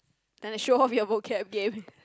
then to show off your vocab game